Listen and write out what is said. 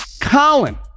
COLIN